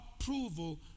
approval